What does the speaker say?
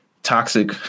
Toxic